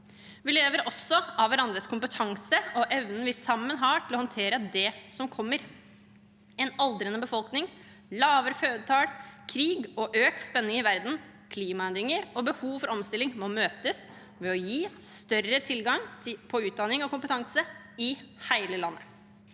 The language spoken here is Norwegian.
Vi lever også av hverandres kompetanse og evnen vi sammen har til å håndtere det som kommer. En aldrende befolkning, lavere fødetall, krig og økt spenning i verden, klimaendringer og behov for omstilling må møtes med å gi større tilgang på utdanning og kompetanse i hele landet.